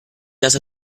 dass